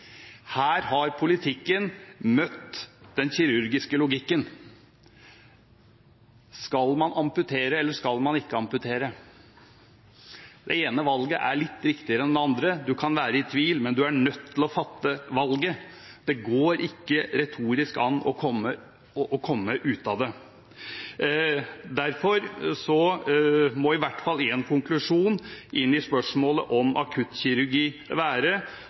Her har politikken møtt den kirurgiske logikken. Skal man amputere, eller skal man ikke amputere? Det ene valget er litt viktigere enn det andre. Du kan være i tvil, men du er nødt til å ta valget – det går ikke retorisk an å komme ut av det. Derfor må i hvert fall én konklusjon inn i spørsmålet om